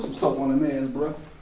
soap on them hands bro.